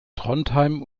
trondheim